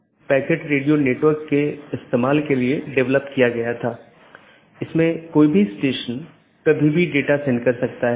और यह बैकबोन क्षेत्र या बैकबोन राउटर इन संपूर्ण ऑटॉनमस सिस्टमों के बारे में जानकारी इकट्ठा करता है